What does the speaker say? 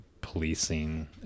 policing